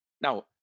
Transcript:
now